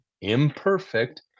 imperfect